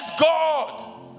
God